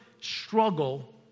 struggle